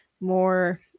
more